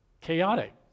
chaotic